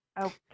okay